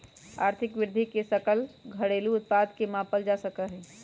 आर्थिक वृद्धि के सकल घरेलू उत्पाद से मापल जा सका हई